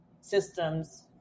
systems